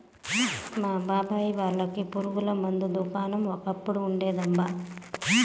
మా బాబాయ్ వాళ్ళకి పురుగు మందుల దుకాణం ఒకప్పుడు ఉండేదబ్బా